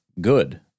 good